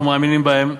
אנחנו מאמינים בהם,